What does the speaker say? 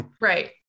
right